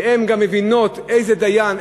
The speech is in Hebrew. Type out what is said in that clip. והן גם מבינות איזה דיין,